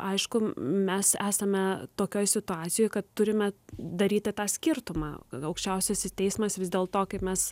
aišku mes esame tokioj situacijoj kad turime daryti tą skirtumą kad aukščiausiasis teismas vis dėl to kaip mes